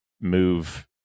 move